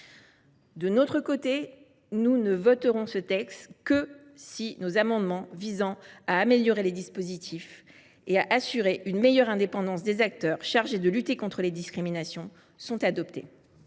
De notre côté, nous ne voterons cette proposition de loi que si nos amendements visant à améliorer les dispositifs et à assurer une meilleure indépendance des acteurs chargés de lutter contre les discriminations sont adoptés.